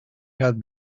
had